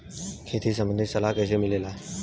खेती संबंधित सलाह कैसे मिलेला?